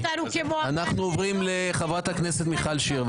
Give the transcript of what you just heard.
אנחנו עוברים לחברת הכנסת מיכל שיר.